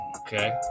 okay